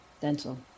dental